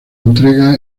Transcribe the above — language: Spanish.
entrega